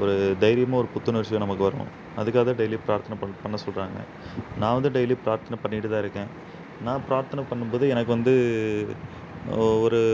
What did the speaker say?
ஒரு தைரியமும் ஒரு புத்துணர்ச்சியும் நமக்கு வரும் அதுக்காகதான் டெய்லி பிரார்த்தனை பண் பண்ண சொல்கிறாங்க நான் வந்து டெய்லி பிரார்த்தனை பண்ணிக்கிட்டு தான் இருக்கேன் நான் பிரார்த்தனை பண்ணும் போது எனக்கு வந்து ஒ ஒரு